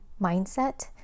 mindset